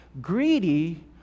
greedy